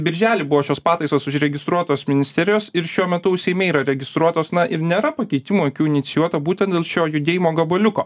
birželį buvo šios pataisos užregistruotos ministerijos ir šiuo metu seime yra registruotos na ir nėra pakeitimų jokių inicijuota būtent dėl šio judėjimo gabaliuko